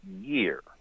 year